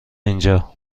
اینجا